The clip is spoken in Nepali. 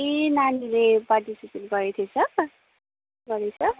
ए नानीले पार्टिसिपेट गरेको थिएछ गरेछ